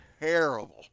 terrible